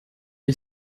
est